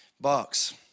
box